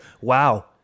wow